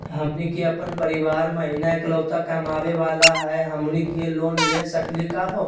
हमनी के अपन परीवार महिना एकलौता कमावे वाला हई, हमनी के लोन ले सकली का हो?